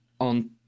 on